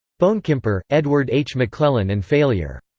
bonekemper, edward h. mcclellan and failure.